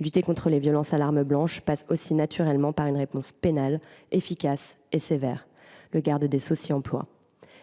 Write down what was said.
Lutter contre les violences à l’arme blanche passe aussi, naturellement, par une réponse pénale à la fois efficace et sévère ; le garde des sceaux s’y emploie.